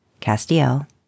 Castiel